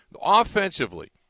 offensively